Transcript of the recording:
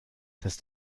dass